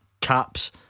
caps